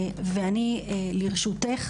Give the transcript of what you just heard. אני לרשותך,